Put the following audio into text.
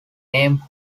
name